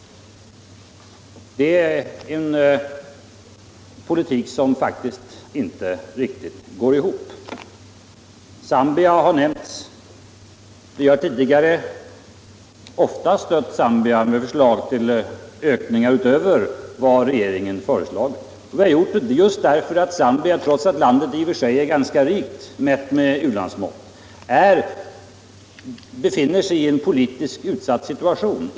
Det går faktiskt inte riktigt ihop. Zambia har nämnts. Vi har tidigare ofta stött Zambia med förslag till ökningar utöver regeringens förslag. Vi har gjort det just därför att Zambia, trots att landet i och för sig är ganska rikt, mätt med u-landsmått, befinner sig i en politiskt utsatt situation.